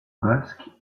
basque